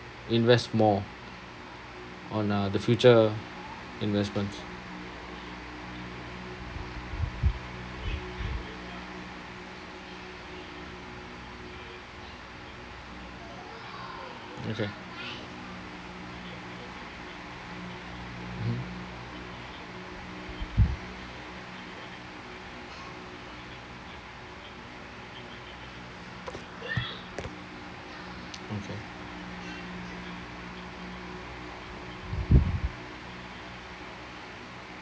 invest more on uh the future investments okay mmhmm okay